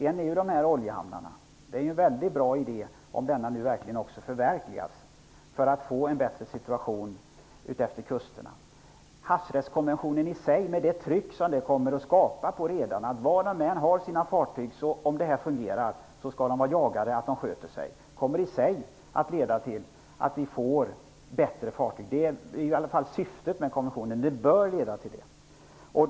En sådan är detta med oljehamnarna. Det är en väldigt bra idé, om den nu också förverkligas, för att få en bättre situation utefter kusterna. Havsrättskonventionen i sig kommer att skapa ett tryck mot redarna. Var de än har sina fartyg skall de, om det här fungerar, vara jagade så att de sköter sig. Det kommer i sig att leda till att vi får bättre fartyg. Det är i alla fall syftet med konventionen, och det bör leda till detta.